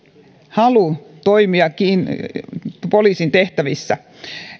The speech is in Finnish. halu toimia poliisin tehtävissä